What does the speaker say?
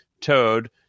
toad